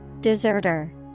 Deserter